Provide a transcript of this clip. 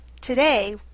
Today